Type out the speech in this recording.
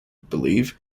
believe